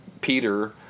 Peter